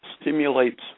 stimulates